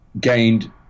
gained